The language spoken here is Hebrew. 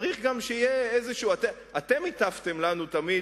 צריך גם שיהיה איזה אתם הטפתם לנו תמיד